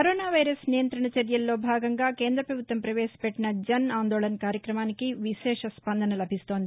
corona virus నియంత్రణ చర్యల్లో భాగంగా కేంద్రపభుత్వం పవేశపెట్టిన జన్ ఆందోళన్ కార్యక్రమానికి విశేష స్పందన లభిస్తోంది